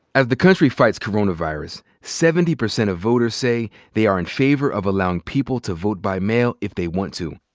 as the country fights coronavirus, seventy percent of voters say they are in favor of allowing people to vote by mail if they want to.